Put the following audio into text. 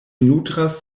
nutras